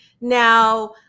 Now